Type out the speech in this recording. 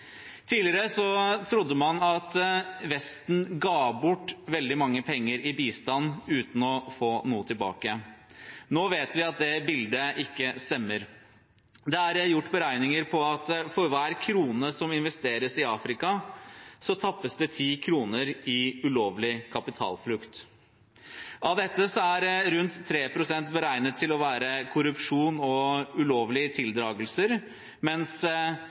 Tidligere trodde man at Vesten ga bort veldig mye penger i bistand uten å få noe tilbake. Nå vet vi at det bildet ikke stemmer. Det er gjort beregninger på at for hver krone som investeres i Afrika, tappes det ti kroner i ulovlig kapitalflukt. Av dette er rundt 3 pst. beregnet til å være korrupsjon og ulovlige tildragelser, mens